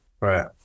Right